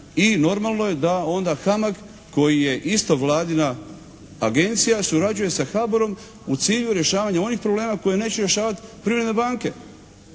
i normalno je da onda HAMAG koji je isto Vladina agencija surađuje sa HBOR-om u cilju rješavanja onih problema koje neće rješavati privredne banke,